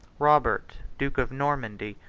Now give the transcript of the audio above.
robert, duke of normandy,